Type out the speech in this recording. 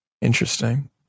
Interesting